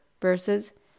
versus